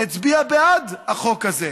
הצביע בעד החוק הזה,